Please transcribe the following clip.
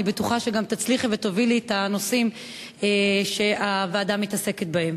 ואני בטוחה שגם תצליחי ותובילי את הנושאים שהוועדה מתעסקת בהם.